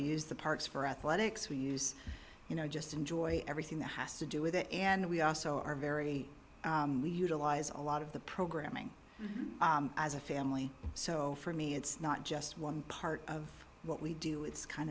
we use the parks for athletics we use you know just enjoy everything that has to do with it and we also are very we utilize a lot of the programming as a family so for me it's not just one part of what we do it's kind